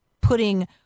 putting